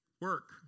Work